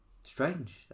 strange